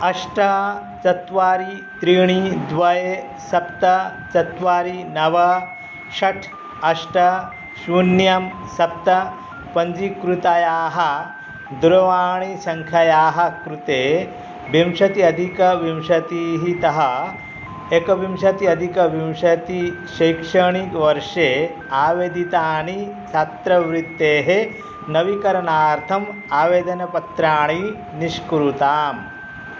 अष्ट चत्वारि त्रीणि द्वे सप्त चत्वारि नव षट् अष्ट शून्यं सप्त पञ्जीकृतायाः दुरवाणीसङ्ख्यायाः कृते विंशति अधिकविंशतिः तः एकविंशति अधिकविंशति शैक्षणिकवर्षे आवेदितानि छात्रवृत्तेः नवीकरणार्थम् आवेदनपत्राणि निष्कुरुताम्